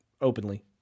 openly